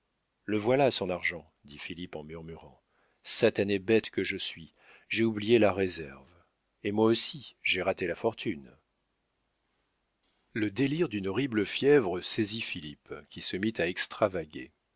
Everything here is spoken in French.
le voilà son argent dit philippe en murmurant satané bête que je suis j'ai oublié la réserve et moi aussi j'ai raté la fortune le délire d'une horrible fièvre saisit philippe qui se mit à extravaguer